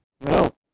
No